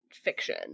fiction